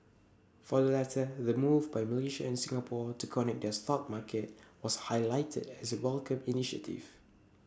for the latter the move by Malaysia and Singapore to connect their stock markets was highlighted as A welcomed initiative